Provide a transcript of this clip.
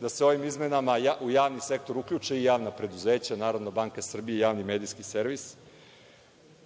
da se ovim izmenama u javni sektor uključe i javna preduzeća, NBS i Javni medijski servis,